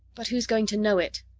but who's going to know it?